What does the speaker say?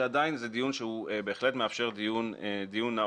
שעדיין זה דיון שבהחלט מאפשר דיון נאות